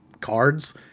cards